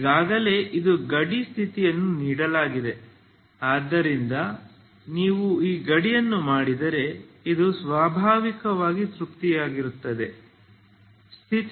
ಈಗಾಗಲೇ ಇದು ಗಡಿ ಸ್ಥಿತಿಯನ್ನು ನೀಡಲಾಗಿದೆ ಆದ್ದರಿಂದ ನೀವು ಈ ಗಡಿಯನ್ನು ಮಾಡಿದರೆ ಇದು ಸ್ವಾಭಾವಿಕವಾಗಿ ತೃಪ್ತಿಯಾಗುತ್ತದೆ